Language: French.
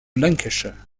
lancashire